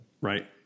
Right